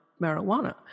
marijuana